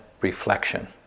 reflection